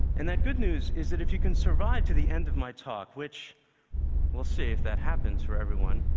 and that good news is that if you can survive to the end of my talk, which we'll see if that happens for everyone,